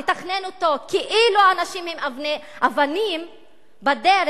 לתכנן אותו כאילו אנשים הם אבנים בדרך,